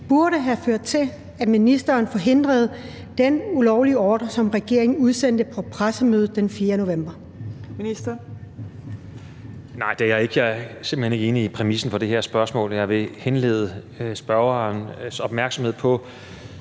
burde have ført til, at ministeren forhindrede den ulovlige ordre, som regeringen udsendte på pressemødet den 4. november?